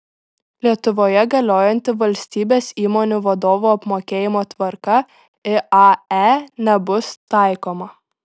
lietuvoje galiojanti valstybės įmonių vadovų apmokėjimo tvarka iae nebus taikoma